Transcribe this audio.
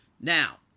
Now